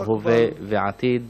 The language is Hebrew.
הווה ועתיד.